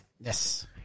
Yes